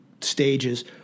stages